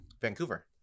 Vancouver